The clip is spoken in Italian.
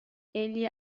egli